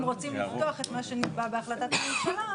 אם רוצים לפתוח את מה שנקבע בהחלטת הממשלה.